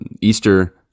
Easter